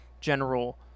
general